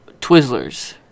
Twizzlers